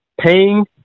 paying